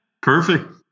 perfect